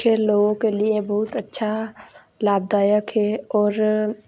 खेल लोगों के लिए बहुत अच्छा लाभदायक है और